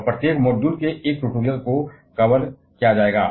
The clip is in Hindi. और मॉड्यूल के प्रत्येक एक ट्यूटोरियल द्वारा पीछा किया जाएगा